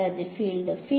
വിദ്യാർത്ഥി ഫീൽഡ്